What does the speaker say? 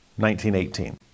1918